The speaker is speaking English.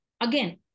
again